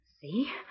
See